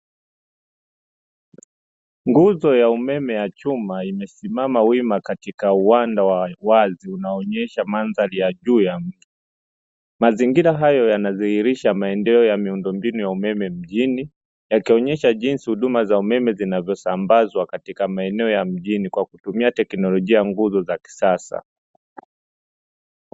Nguzo ya umeme ya chuma imesimama wima katika uwanda wa wazi unaonyesha mandhari ya jua. Mazingira hayo yanadhihirisha maeneo ya miundombinu ya umeme mjini, yakionyesha jinsi huduma za umeme zinavyosambazwa katika maeneo ya mjini kwa kutumia teknolojia ya nguzo za kisasa.